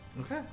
Okay